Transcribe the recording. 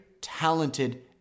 talented